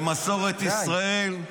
במסורת ישראל.